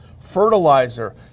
fertilizer